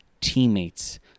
teammates